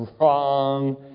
Wrong